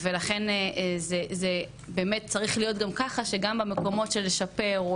ולכן זה באמת צריך להיות גם ככה שגם במקומות של לשפר,